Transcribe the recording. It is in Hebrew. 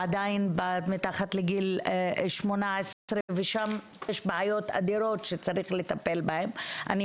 מתחת לגיל 18 ושם יש בעיות אדירות שצריך לטפל בהם,